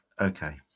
Okay